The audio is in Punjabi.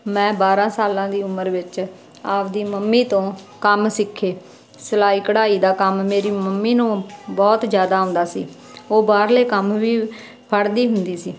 ਮੈਂ ਬਾਰ੍ਹਾਂ ਸਾਲਾਂ ਦੀ ਉਮਰ ਵਿੱਚ ਆਪਦੀ ਮੰਮੀ ਤੋਂ ਕੰਮ ਸਿੱਖੇ ਸਿਲਾਈ ਕਢਾਈ ਦਾ ਕੰਮ ਮੇਰੀ ਮੰਮੀ ਨੂੰ ਬਹੁਤ ਜ਼ਿਆਦਾ ਆਉਂਦਾ ਸੀ ਉਹ ਬਾਹਰਲੇ ਕੰਮ ਵੀ ਫੜਦੀ ਹੁੰਦੀ ਸੀ